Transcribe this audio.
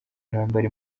ntambara